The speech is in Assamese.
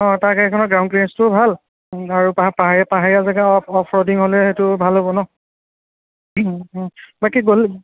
অ' তাৰ গাড়ীখনৰ গ্ৰাউণ্ড ক্ৰিয়েঞ্চটোও ভাল আৰু পা পাহাৰীয়া পাহাৰীয়া জেগা অ'ফ অ'ফ ৰ'ডিং হ'লেতো ভাল হ'ব ন